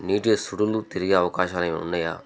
నీటి సుడులు తిరిగే అవకాశాలు ఏవైనా ఉన్నయా